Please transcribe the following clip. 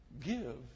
give